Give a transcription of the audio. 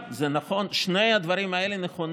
כל אלה היום גם בממשלה הקודמת, נכון?